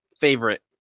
favorite